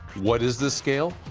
what is this scale?